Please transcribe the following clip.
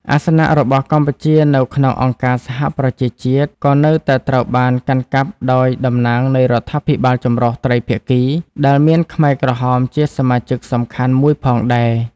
អាសនៈរបស់កម្ពុជានៅក្នុងអង្គការសហប្រជាជាតិ ក៏នៅតែត្រូវបានកាន់កាប់ដោយតំណាងនៃរដ្ឋាភិបាលចម្រុះត្រីភាគី ដែលមានខ្មែរក្រហមជាសមាជិកសំខាន់មួយផងដែរ។